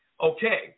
Okay